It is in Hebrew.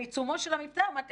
בעיצומו של המבצע אומרת,